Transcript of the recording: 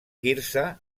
quirze